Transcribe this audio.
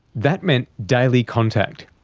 that meant daily contact.